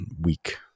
weak